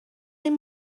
این